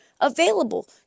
available